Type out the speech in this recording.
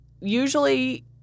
Usually